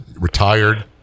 Retired